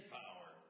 power